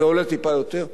זה עולה טיפה יותר.